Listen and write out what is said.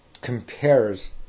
compares